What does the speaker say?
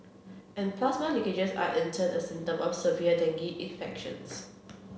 and plasma leakages are in turn a symptom of severe dengue infections